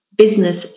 business